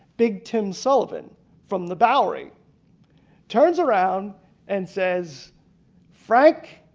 big tim sullivan from the bowery turns around and says frank,